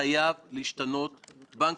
אם הוא ימשיך להתנהל בדרך שלו,